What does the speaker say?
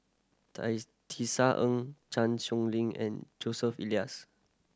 Tisa Ng Chan Sow Lin and Joseph Elias